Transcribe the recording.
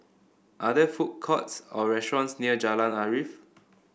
are there food courts or restaurants near Jalan Arif